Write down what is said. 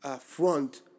front